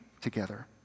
together